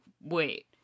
wait